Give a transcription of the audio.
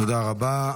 תודה רבה.